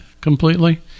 completely